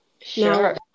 Sure